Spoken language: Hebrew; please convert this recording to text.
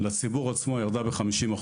לציבור ירדה ב-50%.